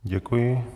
Děkuji.